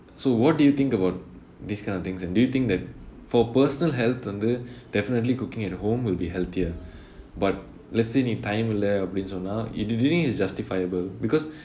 so what do you think about these kind of things and do you think that for personal health வந்து:vanthu definitely cooking at home will be healthier but let's say நீ:nee time இல்லை அப்படினு சொன்னா:illai appadinu sonna do you think it's justifiable because